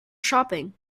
shopping